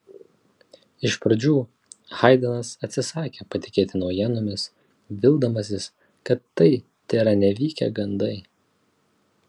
iš pradžių haidnas atsisakė patikėti naujienomis vildamasis kad tai tėra nevykę gandai